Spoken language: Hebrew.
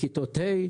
לכיתות ה',